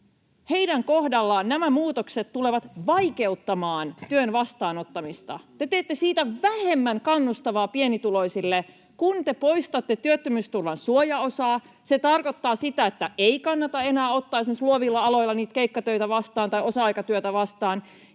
kohdalla nämä muutokset tulevat vaikeuttamaan työn vastaanottamista. Te teette siitä vähemmän kannustavaa pienituloisille. Kun te poistatte työttömyysturvan suojaosaa, se tarkoittaa sitä, että ei kannata enää ottaa esimerkiksi luovilla aloilla keikkatöitä vastaan tai osa-aikatyötä vastaan.